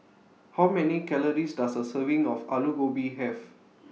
How Many Calories Does A Serving of Alu Gobi Have